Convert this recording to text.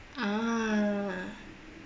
ah